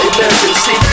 emergency